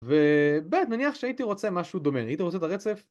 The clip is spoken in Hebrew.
וב' מניח שהייתי רוצה משהו דומה, הייתי רוצה את הרצף